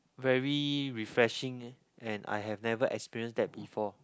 very refreshing and I have never experience that before